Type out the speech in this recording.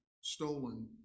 stolen